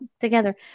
together